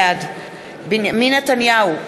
בעד בנימין נתניהו,